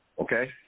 Okay